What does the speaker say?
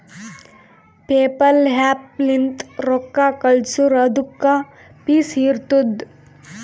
PayPal app ಲಿಂತ್ ರೊಕ್ಕಾ ಕಳ್ಸುರ್ ಅದುಕ್ಕ ಫೀಸ್ ಇರ್ತುದ್